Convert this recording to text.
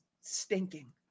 stinking